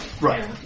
Right